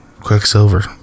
Quicksilver